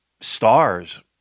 stars